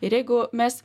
ir jeigu mes